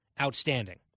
outstanding